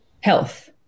Health